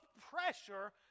pressure